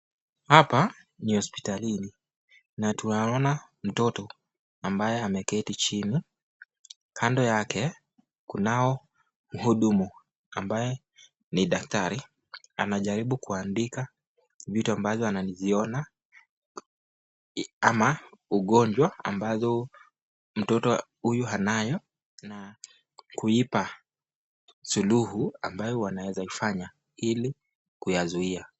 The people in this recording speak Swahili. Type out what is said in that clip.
Hapa ni hospitalini na tunaona mtoto ambaye ameketi chini kando yake kunao mhudumu ambaye ni daktari ananajaribu kuandika vitu ambavyo ananiziona ama ugonjwa ambazo mtoto huyu anayo na kuipa suluhu ambayo wanaweza fanya ili kuyazuia.